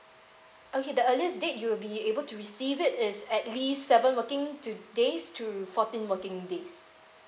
okay the earliest date you'll be able to receive it is at least seven working to days to fourteen working days